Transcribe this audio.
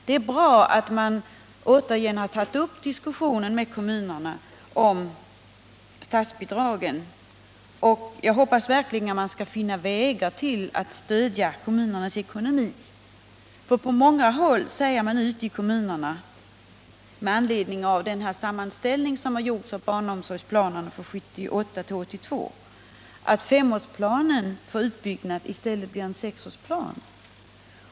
Det är bra att man åter tagit upp diskussionen med kommunerna om statsbidragen, och jag hoppas verkligen att man skall finna vägar att stödja kommunernas ekonomi. På många håll ute i kommunerna säger man med anledning av den sammanställning som gjorts av barnomsorgsplanerna för 1978-1982 att femårsplanen för nybyggnad i stället blir en sexårsplan.